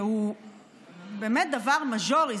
שהוא באמת דבר מז'ורי,